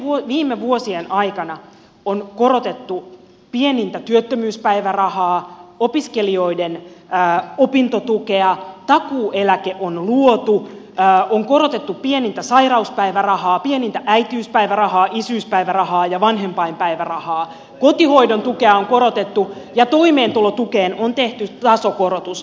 näiden viime vuosien aikana on korotettu pienintä työttömyyspäivärahaa opiskelijoiden opintotukea takuueläke on luotu on korotettu pienintä sairauspäivärahaa pienintä äitiyspäivärahaa isyyspäivärahaa ja vanhempainpäivärahaa kotihoidon tukea on korotettu ja toimeentulotukeen on tehty tasokorotus